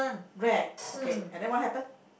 rare okay and then what happen